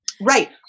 Right